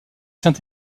saint